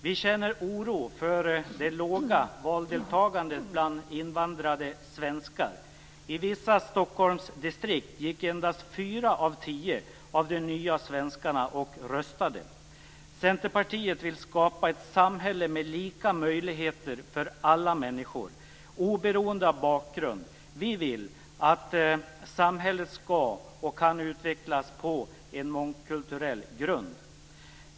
Vi känner oro för det låga valdeltagandet bland invandrade svenskar. I vissa Stockholmsdistrikt gick endast fyra av tio av de nya svenskarna och röstade. Centerpartiet vill skapa ett samhälle med lika möjligheter för alla människor, oberoende av bakgrund. Vi vill att samhället skall och vet att det kan utvecklas på en mångkulturell grund.